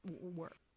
work